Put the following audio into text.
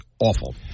awful